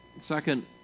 Second